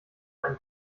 einen